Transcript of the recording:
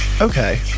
Okay